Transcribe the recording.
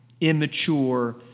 immature